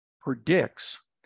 predicts